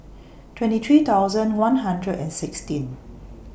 twenty three thousand one hundred and sixteen